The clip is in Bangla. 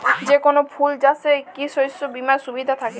যেকোন ফুল চাষে কি শস্য বিমার সুবিধা থাকে?